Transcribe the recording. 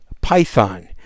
Python